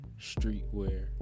streetwear